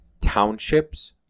townships